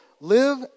Live